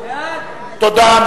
תודה.